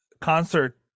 concert